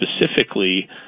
specifically